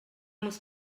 muss